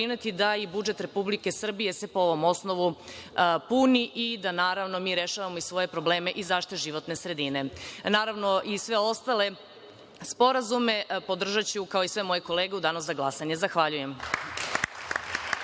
se i budžet Republike Srbije po ovom osnovu puni i da, naravno, mi rešavamo i svoje probleme i zaštite životne sredine. Naravno, i sve ostale sporazume podržaću, kao i sve moje kolege, u danu za glasanje. Zahvaljujem.